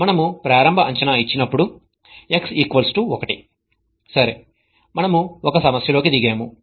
మనము ప్రారంభ అంచనా ఇచ్చినప్పుడు x 1 సరే మనము ఒక సమస్యలోకి దిగాము